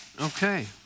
Okay